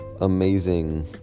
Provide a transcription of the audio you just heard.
amazing